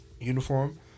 uniform